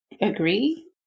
agree